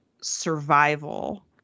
survival